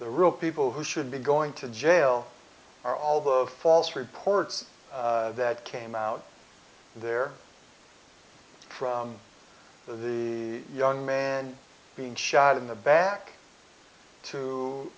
the real people who should be going to jail are all the false reports that came out there from the young man being shot in the back to